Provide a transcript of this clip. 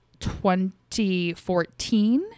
2014